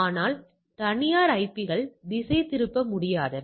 ஆனால் தனியார் ஐபிக்கள் திசைதிருப்ப முடியாதவை